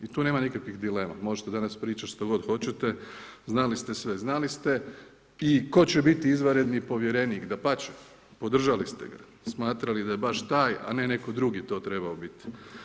I tu nema nikakvih dilema, možete danas pričati što god hoćete, znali ste sve, znali ste i tko će biti izvanredni povjerenik, dapače, podržali ste ga, smatrali da je baš taj a ne netko drugi to trebao biti.